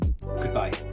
goodbye